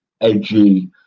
edgy